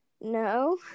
No